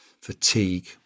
fatigue